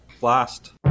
blast